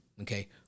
Okay